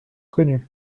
connus